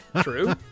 True